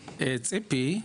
ציפי,